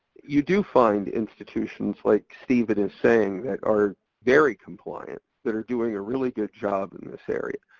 you do find institutions like steven is saying that are very compliant, that are doing a really good job in this area.